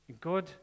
God